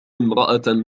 امرأة